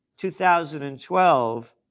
2012